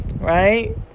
Right